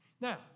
Now